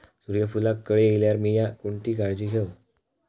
सूर्यफूलाक कळे इल्यार मीया कोणती काळजी घेव?